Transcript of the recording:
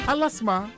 Alasma